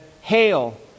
Hail